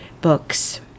Books